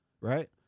Right